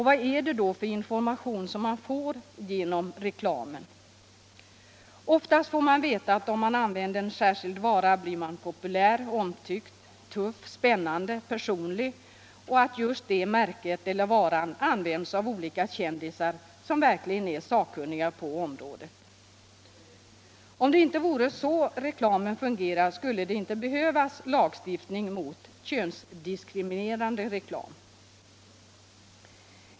Vad är det då för information som man får genom reklamen? Oftast får man veta att om man använder en särskild vara blir man populär, omtyckt, tuff, spännande, personlig och att just det märket eller den varan används av olika kändisar som verkligen är sakkunniga på området. Om det inte vore så reklamen fungerar, skulle det inte behövas lagstiftning mot könsdiskriminerande reklam.